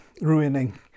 Ruining